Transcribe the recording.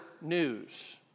news